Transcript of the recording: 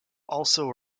also